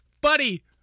buddy